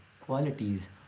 qualities